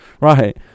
Right